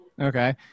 Okay